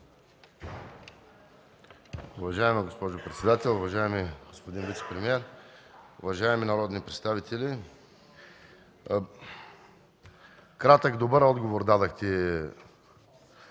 Уважаема госпожо председател, уважаеми господин вицепремиер, уважаеми народни представители! Кратък и добър отговор дадохте,